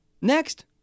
next